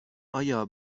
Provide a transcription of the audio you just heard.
آیا